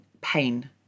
pain